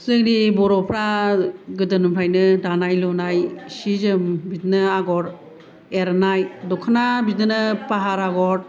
जोंनि बर'फ्रा गोदोनिफ्रायनो दानाय लुनाय सि जोम बिदिनो आगर एरनाय दख'ना बिदिनो फाहार आगर